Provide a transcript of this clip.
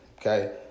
Okay